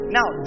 Now